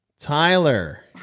Tyler